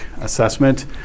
assessment